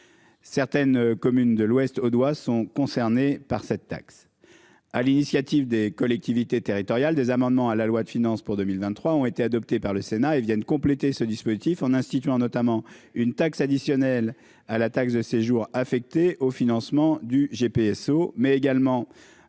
Certaines communes de l'ouest audois, sont concernés par cette taxe à l'initiative des collectivités territoriales, des amendements à la loi de finances pour 2023 ont été adoptés par le Sénat et viennent compléter ce dispositif en instituant notamment une taxe additionnelle à la taxe de séjour affecté au financement du GPSO mais également